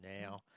now